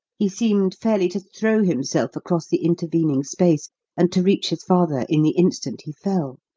he seemed fairly to throw himself across the intervening space and to reach his father in the instant he fell.